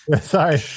Sorry